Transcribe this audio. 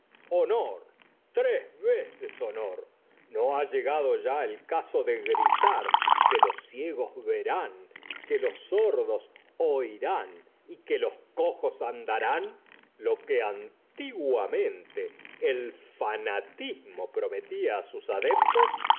honor tres veces honor no ha llegado ya el caso de gritar que los ciegos verán que los sordos oirán y que los cojos andarán lo que anti guamente el fanatismo prometía á sus adeptos